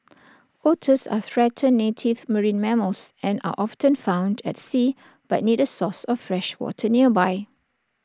otters are threatened native marine mammals and are often found at sea but need A source of fresh water nearby